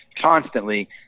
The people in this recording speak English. constantly